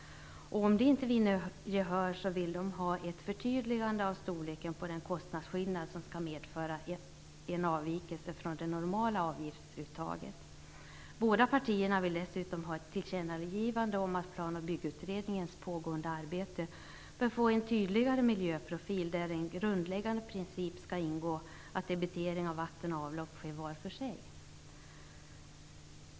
Om inte detta vinner gehör vill de ha ett förtydligande av storleken på den kostnadsskillnad som skall medföra en avvikelse från det normala avgiftsuttaget. Båda partierna vill dessutom ha ett tillkännagivande om att Plan och byggutredningens pågående arbete bör få en tydligare miljöprofil, där som en grundläggande princip skall ingå att debitering av vatten och avlopp sker var för sig.